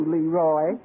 Leroy